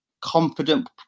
confident